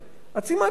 עצימת עיניים.